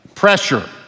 Pressure